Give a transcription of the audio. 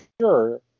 sure